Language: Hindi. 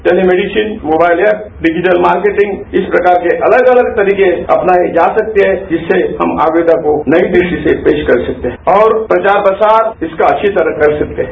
टेली मेडिसिन मोबाइल एप या डिजिटल मार्केटिंग इस प्रकार के अलग अलग तरीके अपनाए जा सकते हैं जिससे हम आयुवेदा को नई दृष्टि से पेश कर सकते हैं और प्रचार प्रसार इसका अच्छी तरह कर सकते हैं